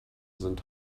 sind